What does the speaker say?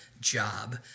job